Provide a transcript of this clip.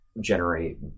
generate